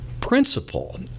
principle